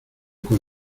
con